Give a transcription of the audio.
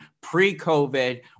pre-COVID